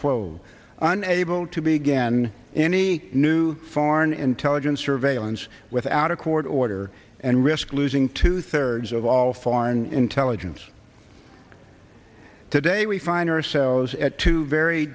quo unable to be again any new foreign intelligence surveillance without a court order and risk losing two thirds of all foreign intelligence today we find ourselves at two very